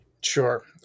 Sure